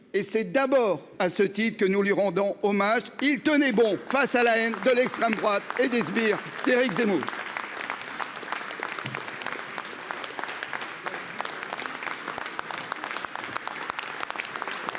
et c'est d'abord à ce titre que nous lui rendons hommage il tenait bon face à la haine de l'extrême droite et des sbires Éric Zemmour.